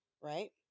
right